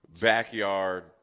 backyard